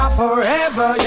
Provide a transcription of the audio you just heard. forever